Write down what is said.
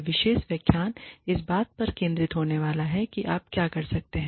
यह विशेष व्याख्यान इस बात पर केंद्रित होने वाला है कि आप क्या कर सकते हैं